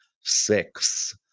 six